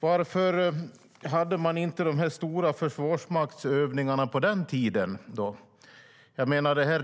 Varför hade man inte de stora försvarsmaktsövningarna på den tiden?